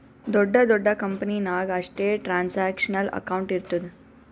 ದೊಡ್ಡ ದೊಡ್ಡ ಕಂಪನಿ ನಾಗ್ ಅಷ್ಟೇ ಟ್ರಾನ್ಸ್ಅಕ್ಷನಲ್ ಅಕೌಂಟ್ ಇರ್ತುದ್